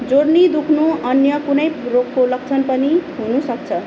जोर्नी दुख्नु अन्य कुनै रोगको लक्षण पनि हुनुसक्छ